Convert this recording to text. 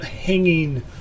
hanging